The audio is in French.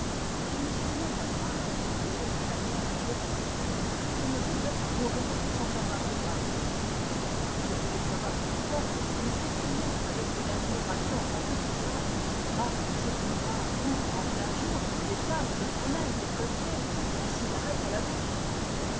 je me souviens d'un brave industriel italien qui me disait je ne voudrais pas mourir sans avoir vu paris et comme je voulais savoir pourquoi il s'écriait avec une admiration concupiscente ah ces boulevards où en plein jour les femmes se promènent décolletées et la cigarette à la bouche